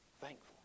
thankful